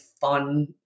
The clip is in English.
fun